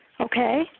Okay